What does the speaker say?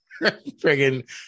friggin